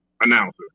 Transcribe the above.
announcer